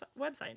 website